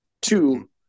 Two